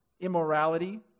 immorality